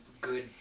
good